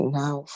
now